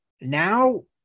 now